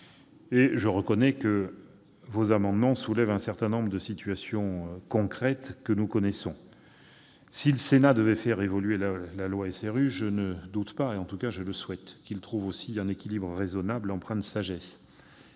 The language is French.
Je reconnais que vos amendements s'appuient sur un certain nombre de situations concrètes que nous connaissons bien. Si le Sénat devait faire évoluer la loi SRU, je ne doute pas, et je le souhaite, qu'il trouvera aussi un équilibre raisonnable, empreint de sagesse.